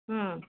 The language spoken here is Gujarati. હમ્મ